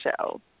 show